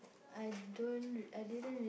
I don't I didn't